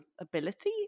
ability